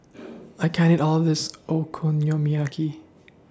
I can't eat All This Okonomiyaki